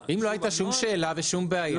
אם לא הייתה שום בעיה ושום שאלה,